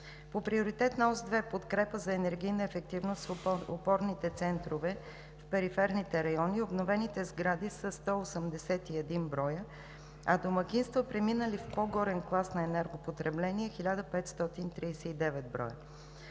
По Приоритетна ос 2 – „Подкрепа за енергийна ефективност в опорните центрове в периферните райони“, обновените сгради са 181 броя, а домакинства, преминали в по-горен клас на енергопотребление, са 1539 броя.